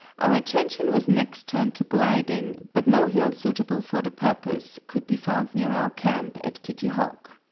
our attention was next turned to gliding, but no hill suitable for the purpose could be found near our camp at kitty hawk.